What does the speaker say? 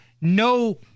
no